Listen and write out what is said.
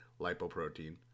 lipoprotein